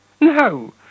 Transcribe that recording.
No